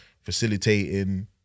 facilitating